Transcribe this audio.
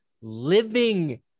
living